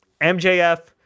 MJF